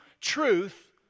truth